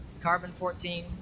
carbon-14